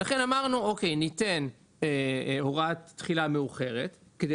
ולכן אמרנו שניתן הוראת תחילה מאוחרת כדי